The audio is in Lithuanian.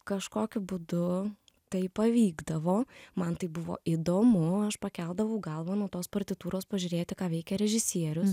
kažkokiu būdu tai pavykdavo man tai buvo įdomu aš pakeldavau galvą nuo tos partitūros pažiūrėti ką veikia režisierius